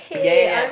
ya ya ya